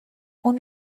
اون